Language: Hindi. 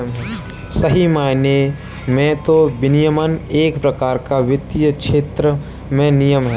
सही मायने में तो विनियमन एक प्रकार का वित्तीय क्षेत्र में नियम है